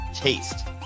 taste